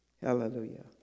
Hallelujah